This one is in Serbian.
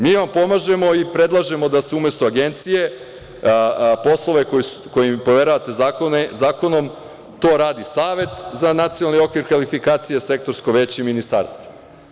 Mi vam pomažemo i predlažemo da umesto agencije, poslove koje im poveravate zakonom, to radi Savet za nacionalni okvir i kvalifikacije i sektorsko veće ministarstva.